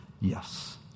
yes